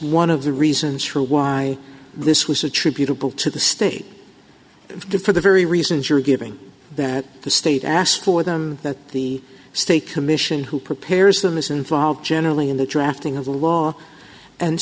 one of the reasons for why this was attributable to the state defer the very reasons you're giving that the state asked for them that the state commission who prepares them is involved generally in the drafting of the law and